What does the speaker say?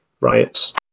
riots